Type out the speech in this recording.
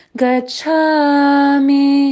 gachami